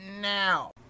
now